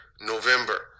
November